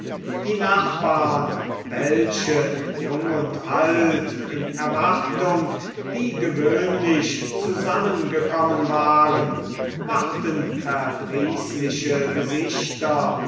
die nachbarn welche jung und alt in erwartung wie gewöhnlich zusammengekommen waren machten verdrießliche gesichter